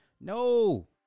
No